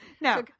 No